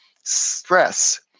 stress